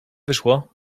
wyszło